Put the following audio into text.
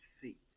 feet